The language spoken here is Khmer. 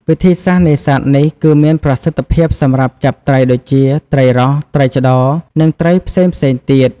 វិធីសាស្ត្រនេសាទនេះគឺមានប្រសិទ្ធភាពសម្រាប់ចាប់ត្រីដូចជា ត្រីរ៉ស់ ត្រីឆ្ដោ និងត្រីផ្សេងៗទៀត។